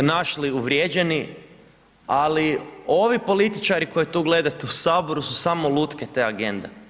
našli uvrijeđeni, ali ovi političari koje tu gledate u Saboru su samo lutke te agende.